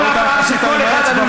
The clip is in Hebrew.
כל הפרעה של כל אחד,